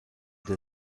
der